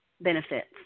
benefits